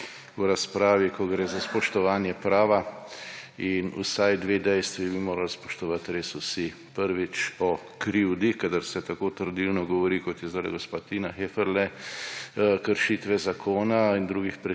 v razpravi, ko gre za spoštovanje prava. Vsaj dve dejstvi bi morali spoštovati res vsi. Prvič. O krivdi, kadar se tako trdilno govori, kot je zdajle gospa Tina Heferle, o kršitvah zakona in drugih predpisov